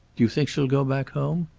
you think she'll go back home?